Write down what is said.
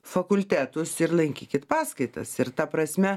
fakultetus ir lankykit paskaitas ir ta prasme